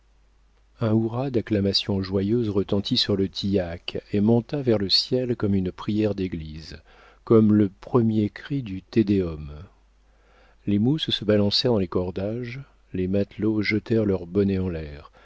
un hourra d'acclamations joyeuses retentit sur le tillac et monta vers le ciel comme une prière d'église comme le premier cri du te deum les mousses se balancèrent dans les cordages les matelots jetèrent leurs bonnets en l'air